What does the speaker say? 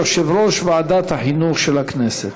יושב-ראש ועדת החינוך של הכנסת.